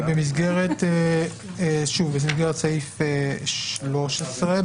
במסגרת סעיף 13,